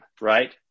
Right